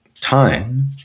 time